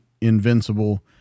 invincible